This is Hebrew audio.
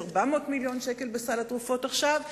יש 400 מיליון שקל בסל התרופות עכשיו,